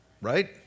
right